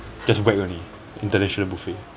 just whack only international buffet